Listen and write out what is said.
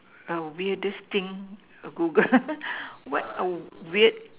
a weirdest thing Google what a weird